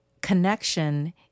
connection